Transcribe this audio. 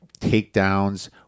takedowns